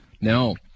No